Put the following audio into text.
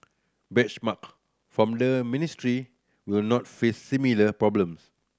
benchmark from the ministry will not face similar problems